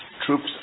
troops